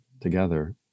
together